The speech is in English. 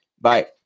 bye